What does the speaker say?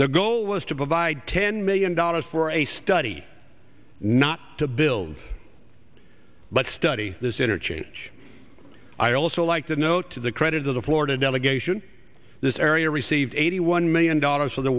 the goal was to provide ten million dollars for a study not to build but study this interchange i also like to note to the credit of the florida delegation this area received eighty one million dollars from the